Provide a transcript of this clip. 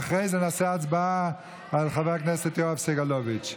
ואחרי זה נעשה הצבעה על הצעת חבר הכנסת יואב סגלוביץ'.